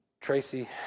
Tracy